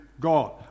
God